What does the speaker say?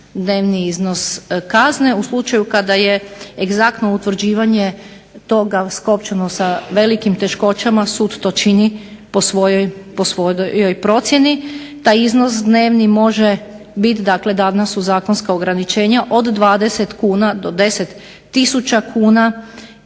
dnevni iznos kazne u slučaju kada je egzaktno utvrđivanje toga skopčano sa velikim teškoćama, sud to čini po svojoj procjeni, pa iznos dnevni može biti, danas su zakonska ograničenja od 20 do 10 tisuća